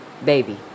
Baby